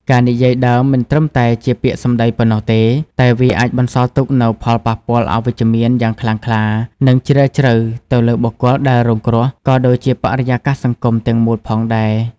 ការនិយាយដើមមិនត្រឹមតែជាពាក្យសម្ដីប៉ុណ្ណោះទេ តែវាអាចបន្សល់ទុកនូវផលប៉ះពាល់អវិជ្ជមានយ៉ាងខ្លាំងខ្លា និងជ្រាលជ្រៅទៅលើបុគ្គលដែលរងគ្រោះ ក៏ដូចជាបរិយាកាសសង្គមទាំងមូលផងដែរ។